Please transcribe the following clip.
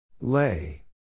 Lay